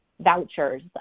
vouchers